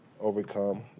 overcome